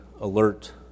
alert